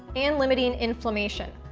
and limiting inflammation.